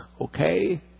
okay